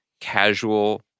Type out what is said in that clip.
casual